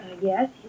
yes